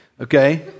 Okay